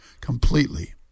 completely